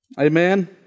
Amen